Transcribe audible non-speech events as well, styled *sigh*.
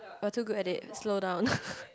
we're too good at it slow down *breath*